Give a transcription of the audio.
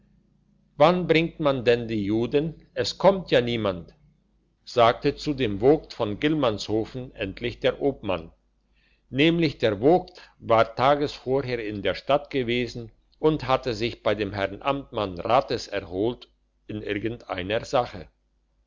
wann bringt man denn die juden es kommt ja niemand sagte zu dem vogt von gillmannshofen endlich der obmann nämlich der vogt war tages vorher in der stadt gewesen und hatte sich bei dem herrn amtmann rates erholt in irgend einer sache